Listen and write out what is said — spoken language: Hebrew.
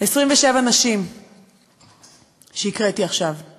27 הנשים שהקראתי את שמותיהן עכשיו,